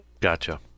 Gotcha